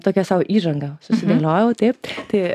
tokią sau įžanga susidėliojau taip tai